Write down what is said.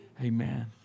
Amen